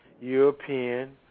European